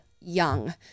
Young